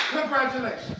Congratulations